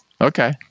Okay